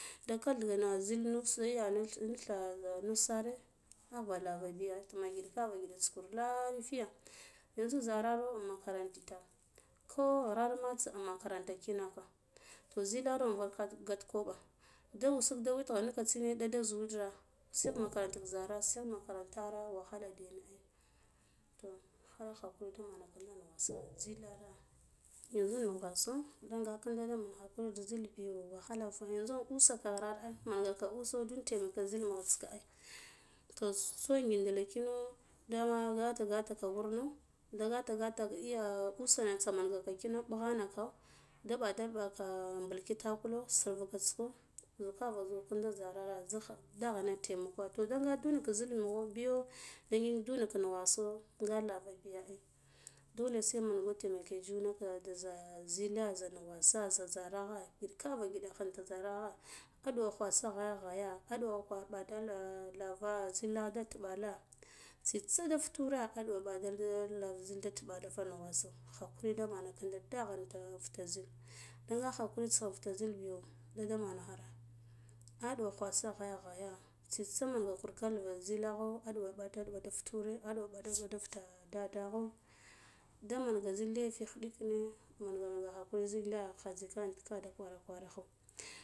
Da gath kath gana zil nus 'ya rusare ava lavaba biya ai tuma ngiɗkora giɗts kur lafiya yanzu zararo in makaranta itar ko ghrama tsa makaranta kina to zilaro lavak git kwaɓo da usug da witgha nike tsine wuɗa da guwotra sigh makaranta zara sigh makaranta na wahala diyane ai to khalak hakuri da manaka nnugwasa zilara yanzu nnugwiso nda nga ƙiida mughe kinda zilar biya wahala fa yanzu in usah ghra ai nanga ko uso tun tema ke zil mugha ai toh so gindila kina ada gat a gataka wurno nda gat gata ka iya usuna tsamanga kind ɓughano, naka da ɓadal baka ɓul kits kulo sur vakhas ko zukara zughidu za zara tsigh daman temako toh nga ndu na zol mugh biyo nga ngik nduno mugheso nga lara biya ai dole se mengut temake juna daza za zile za nugwasa za zarakha giɗ kara giɗ khalti zaraha aɗuwa khwa tsa ghaya aɗuva ko ɓadala lara zilah tubala tsitsa da futureh aɗuwa dalda lara zila intuɓala fa nugwasa khakuri damativa ƙinda da ndaghan fata zil nda nga khakuritis ka fita zil biyo wuɗa mana khara aduwo khwasa ghaya tsitsa manga kur galva za zilakcho aɗuwa ɓadal ɓi infutureh aduwo ɓada ɓadan infutuh dadakho damanga zil lefi khiɗikine manga manga khakuri zile kha zikane tigha da kwara kwara kho